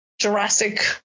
Jurassic